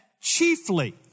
chiefly